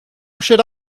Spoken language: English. should